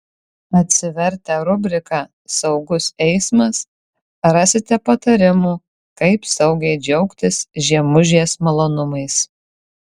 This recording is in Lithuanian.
atsivertę rubriką saugus eismas rasite patarimų kaip saugiai džiaugtis žiemužės malonumais